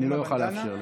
אני לא אוכל לאפשר לך.